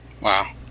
Wow